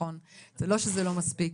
זה לא שזה לא מספיק,